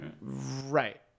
Right